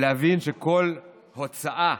ולהבין שכל הוצאה,